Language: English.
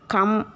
Come